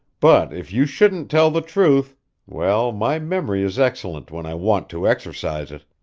but, if you shouldn't tell the truth well, my memory is excellent when i want to exercise it.